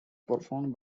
performed